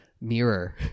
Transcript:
mirror